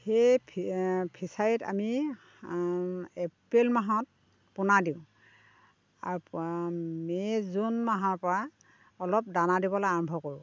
সেই ফি ফিছাৰীত আমি এপ্ৰিল মাহত পোনা দিওঁ মে' জুন মাহৰ পৰা অলপ দানা দিবলৈ আৰম্ভ কৰোঁ